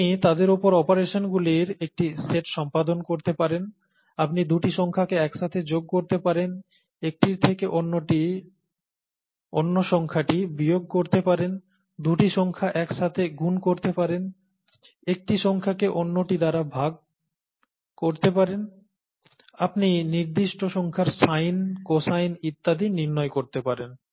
আপনি তাদের উপর অপারেশনগুলির একটি সেট সম্পাদন করতে পারেন আপনি দুটি সংখ্যককে একসাথে যোগ করতে পারেন একটির থেকে অন্য সংখ্যাটি বিয়োগ করতে পারেন দুটি সংখ্যা একসাথে গুণ করতে পারেন একটি সংখ্যাকে অন্যটি দ্বারা ভাগ করতে পারেন আপনি নির্দিষ্ট সংখ্যার সাইন কোসাইন ইত্যাদি নির্ণয় করতে পারেন